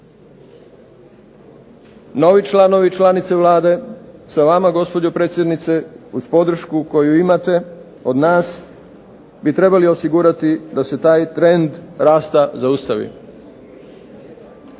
Novi članovi i članice Vlade sa vama gospođo predsjednice, uz podršku koju imate od nas bi trebali osigurati da se taj trend rasta zaustavi